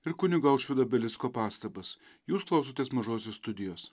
ir kunigo aušvydo belicko pastabas jūs klausotės mažosios studijos